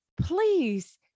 please